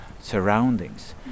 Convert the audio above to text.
surroundings